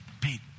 Pete